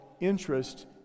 interest